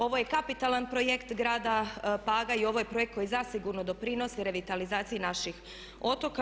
Ovo je kapitalan projekt grada Paga i ovo je projekt koji zasigurno doprinosi revitalizaciji naših otoka.